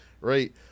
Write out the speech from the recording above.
right